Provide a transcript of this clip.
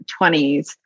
20s